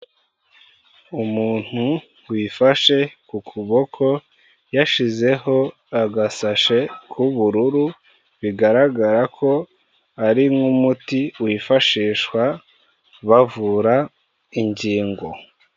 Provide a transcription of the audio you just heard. Umuntu wifashe ku kuboko yashizeho agasashe k'ubururu, bigaragara ko ari nk'umuti wifashishwa bavura ingingo.